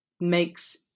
makes